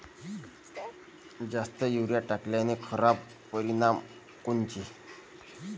जास्त युरीया टाकल्याचे खराब परिनाम कोनचे?